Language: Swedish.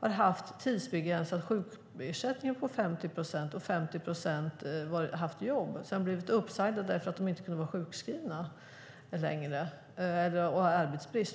har haft tidsbegränsad sjukersättning på 50 procent och jobb på 50 procent. Sedan har de blivit uppsagda därför att de inte har kunnat vara sjukskrivna längre eller på grund av arbetsbrist.